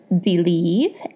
believe